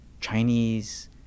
Chinese